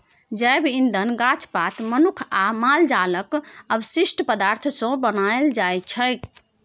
जैब इंधन गाछ पात, मनुख आ माल जालक अवशिष्ट पदार्थ सँ बनाएल जाइ छै